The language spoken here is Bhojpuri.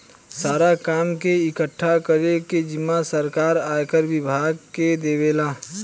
सारा कर के इकठ्ठा करे के जिम्मा सरकार आयकर विभाग के देवेला